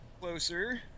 Closer